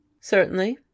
Certainly